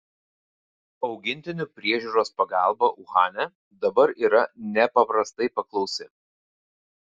augintinių priežiūros pagalba uhane dabar yra nepaprastai paklausi